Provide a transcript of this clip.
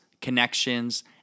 connections